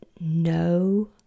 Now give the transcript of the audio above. no